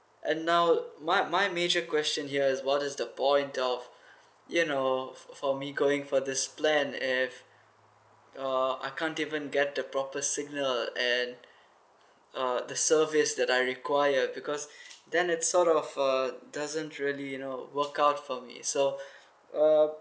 and now my my major question here is what is the point of you know for for me going for this plan if or I can't even get the proper signal and uh the service that I require because then it's sort of uh doesn't really you know work out from it so um